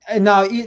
Now